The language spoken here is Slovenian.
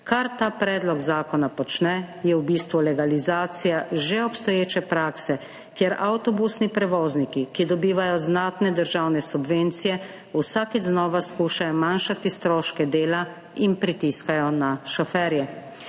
Kar ta predlog zakona počne, je v bistvu legalizacija že obstoječe prakse, kjer avtobusni prevozniki, ki dobivajo znatne državne subvencije, vsakič znova skušajo manjšati stroške dela in pritiskajo na šoferje.